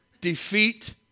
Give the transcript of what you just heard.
defeat